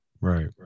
Right